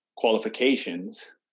qualifications